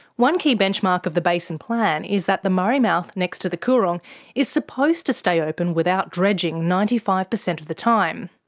one key benchmark of the basin plan is that the murray mouth next to the coorong is supposed to stay open without dredging ninety five percent of the time.